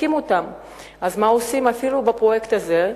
מה עושים עם הפרויקט הזה?